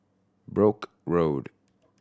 Brooke Road